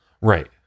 right